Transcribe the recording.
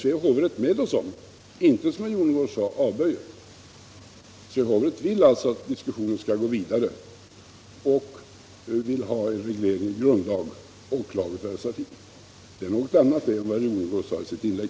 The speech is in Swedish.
Svea hovrätt avstyrker alltså inte, såsom herr Jonnergård gjorde gällande, en sådan utredning. Svea hovrätt vill att diskussionen skall gå vidare och vill att presstödet skall regleras i lag. Det är något annat än vad herr Jonnergård sade i sitt inlägg.